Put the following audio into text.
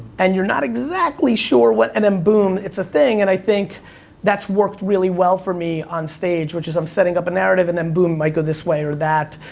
and you're not exactly sure what, and then boom, it's a thing. and i think that's worked really well for me onstage, which is, i'm setting up a narrative, and then boom, i go this way or that,